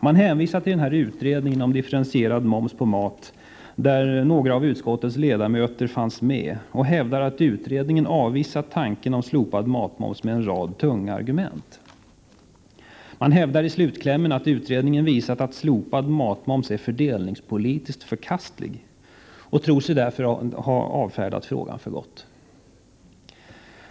Man hänvisar till utredningen om differentierad moms på mat, där några av utskottets ledamöter fanns med, och hävdar att utredningen avvisade tanken om slopad matmoms med en rad tunga argument. Man hänvisar i slutklämmen till att utredningen visat att slopad matmoms är fördelningspolitiskt förkastlig och tror sig därmed ha avfärdat frågan för gott.